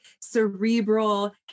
cerebral